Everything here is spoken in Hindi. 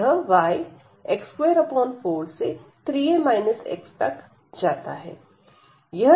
यह y x24 से 3 a x तब जाता है